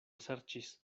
serĉis